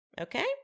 Okay